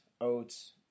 oats